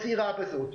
מצהירה בזאת.